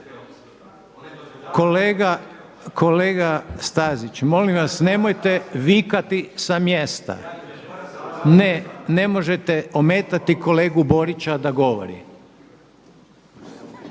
Kolega Stazić molim vas nemojte vikati sa mjesta. …/Upadica se ne čuje./… Ne, ne možete ometati kolegu Borića da govori.